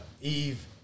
Eve